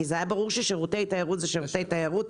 כי היה ברור ששירותי תיירות זה שירותי תיירות.